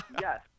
Yes